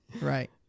right